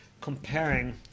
comparing